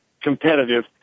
competitive